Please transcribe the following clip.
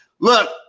Look